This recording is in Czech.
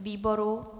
Výboru?